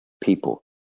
people